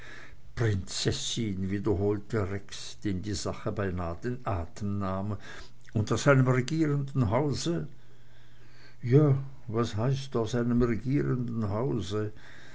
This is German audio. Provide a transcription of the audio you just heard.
prinzessin wiederholte rex dem die sache beinah den atem nahm und aus einem regierenden hause ja was heißt aus einem regierenden hause